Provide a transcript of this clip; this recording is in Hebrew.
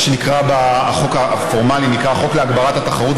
החוק הפורמלי נקרא חוק להגברת התחרות